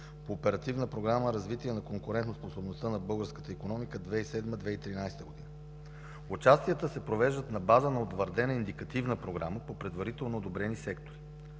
по Оперативна програма „Развитие на конкурентоспобността на българската икономика 2007 – 2013 г.”. Участията се провеждат на база на утвърдена индикативна програма по предварително одобрени сектори.